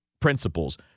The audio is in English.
principles